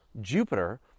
Jupiter